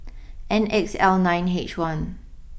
N X L nine H one